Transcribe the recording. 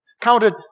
Counted